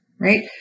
right